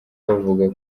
bavuga